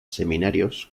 seminarios